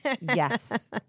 Yes